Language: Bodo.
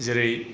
जेरै